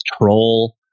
troll